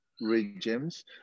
regimes